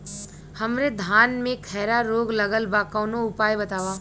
हमरे धान में खैरा रोग लगल बा कवनो उपाय बतावा?